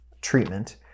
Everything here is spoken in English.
treatment